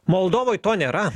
moldovoj to nėra